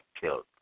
killed